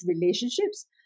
relationships